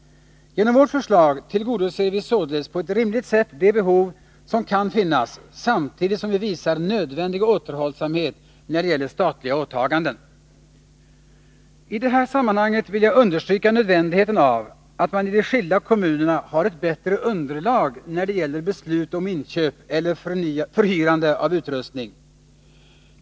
Genom vårt förslag tillgodoser vi således på ett rimligt sätt de behov som kan finnas, samtidigt som vi visar nödvändig återhållsamhet när det gäller statliga åtaganden. I det här sammanhanget vill jag understryka nödvändigheten av att man i de skilda kommunerna har ett bättre underlag när det gäller beslut om inköp eller förhyrande av utrustning.